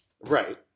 Right